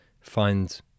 find